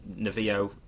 Navio